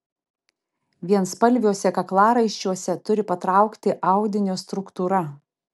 vienspalviuose kaklaraiščiuose turi patraukti audinio struktūra